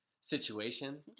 situation